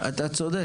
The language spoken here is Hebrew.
זה הגיוני.